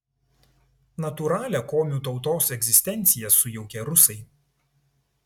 natūralią komių tautos egzistenciją sujaukė rusai